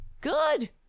Good